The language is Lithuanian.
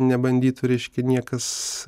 nebandytų reiškia niekas